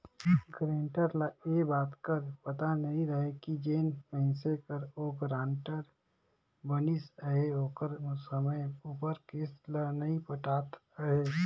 guarantor ल ए बात कर पता नी रहें कि जेन मइनसे कर ओ गारंटर बनिस अहे ओहर समे उपर किस्त ल नी पटात अहे